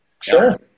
Sure